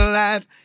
life